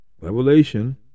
Revelation